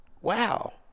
wow